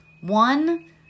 One